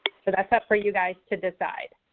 so, that's up for you guys to decide.